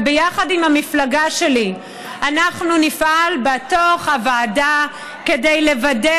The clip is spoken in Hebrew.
ביחד עם המפלגה שלי אנחנו נפעל בתוך הוועדה כדי לוודא